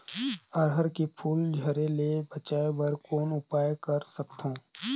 अरहर के फूल झरे ले बचाय बर कौन उपाय कर सकथव?